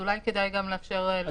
אולי כדאי שנאפשר לה להתייחס.